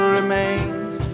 remains